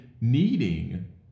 needing